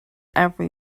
every